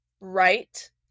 right